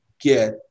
get